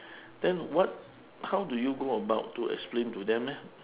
then what how do you go about to explain to them eh